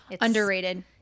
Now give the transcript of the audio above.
Underrated